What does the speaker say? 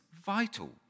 vital